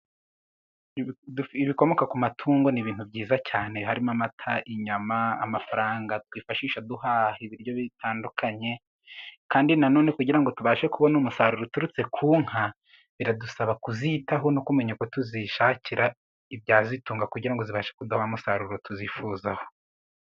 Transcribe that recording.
Ibikomoka ku matungo ni ibintu byiza cyane harimo amata, inyama, amafaranga twifashisha duhaha ibiryo bitandukanye. Kandi nanone kugira ngo tubashe kubona umusaruro uturutse ku nka biradusaba kuzitaho no kumenya uko tuzishakira ibyazitunga kugira ngo zibashe kudaha umusaruro tuzifuzaho.